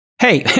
hey